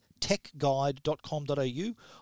techguide.com.au